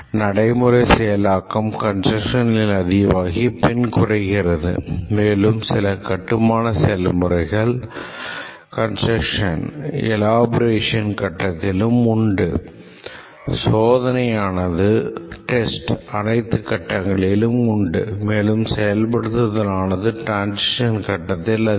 நடைமுறை செயலாக்கம் கன்ஸ்டரக்ஷனில் அதிகமாகி பின் குறைகிறது மேலும் சில கட்டுமான செயல்முறைகள் அனைத்து கட்டங்களிலும் உண்டு மேலும் செயல்படுத்துதல் ஆனது டிரான்சிஷன் கட்டத்தில் அதிகம்